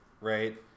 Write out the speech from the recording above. right